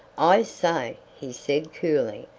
i say, he said coolly,